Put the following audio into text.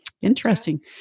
Interesting